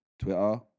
Twitter